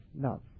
love